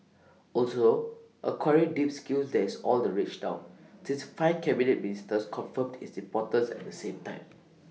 also acquiring deep skills there's all the rage down since five Cabinet Ministers confirmed its importance at the same time